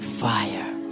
fire